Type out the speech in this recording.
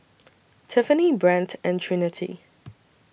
Tiffanie Brent and Trinity